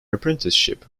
apprenticeship